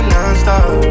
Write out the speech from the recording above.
Non-stop